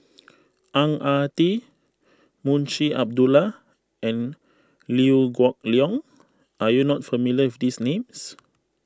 Ang Ah Tee Munshi Abdullah and Liew Geok Leong are you not familiar with these names